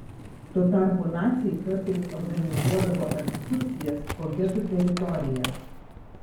tuo tarpu naciai kartais organizuodavo ekskursijas po getų teritorijas